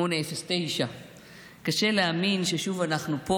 20:09. קשה להאמין ששוב אנחנו פה